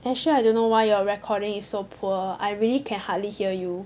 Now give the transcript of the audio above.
actually I don't know why your recording is so poor I really can hardly hear you